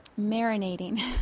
marinating